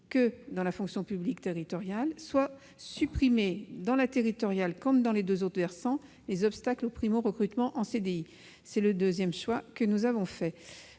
que dans la fonction publique territoriale, soit supprimer, dans celle-ci comme dans les deux autres versants, les obstacles au primo-recrutement en CDI. C'est la seconde option que nous avons